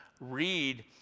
read